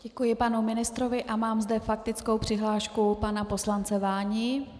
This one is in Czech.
Děkuji panu ministrovi a mám zde faktickou přihlášku pana poslance Váni.